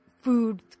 food